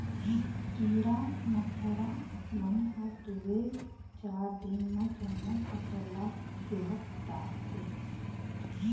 कीरा मकोरा मन ह दूए चार दिन म जम्मो फसल ल चुहक डारथे